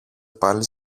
πάλι